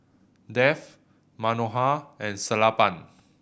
Dev Manohar and Sellapan